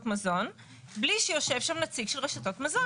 מזון בלי שיושב שם נציג של רשתות מזון.